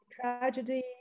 Tragedy